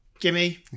gimme